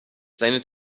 seine